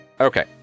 Okay